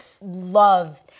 love